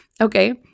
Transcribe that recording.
Okay